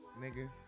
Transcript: nigga